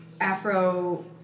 Afro